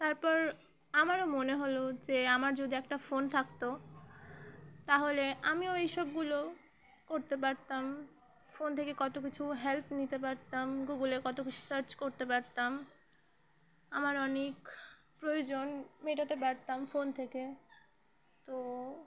তারপর আমারও মনে হলো যে আমার যদি একটা ফোন থাকতো তাহলে আমিও এইসবগুলো করতে পারতাম ফোন থেকে কত কিছু হেল্প নিতে পারতাম গুগলে কত কিছু সার্চ করতে পারতাম আমার অনেক প্রয়োজন মেটাতে পারতাম ফোন থেকে তো